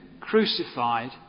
crucified